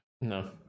No